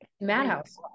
madhouse